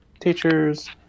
teachers